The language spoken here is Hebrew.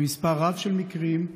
במספר רב של מקרים,